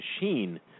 machine